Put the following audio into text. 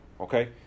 Okay